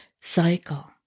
cycle